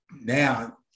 Now